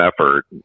effort